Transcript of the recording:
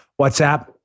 WhatsApp